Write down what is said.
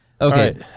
Okay